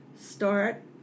start